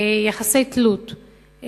יחסי תלות,